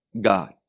God